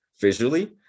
visually